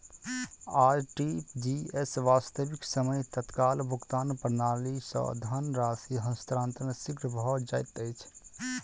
RTGS, वास्तविक समय तत्काल भुगतान प्रणाली, सॅ धन राशि हस्तांतरण शीघ्र भ जाइत अछि